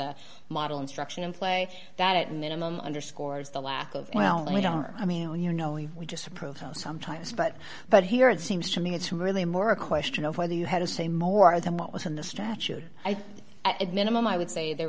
a model instruction in play that at minimum underscores the lack of well we don't or i mean you know we just prove how sometimes but but here it seems to me it's really more a question of whether you had a say more than what was in the statute at minimum i would say there